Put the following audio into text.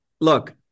look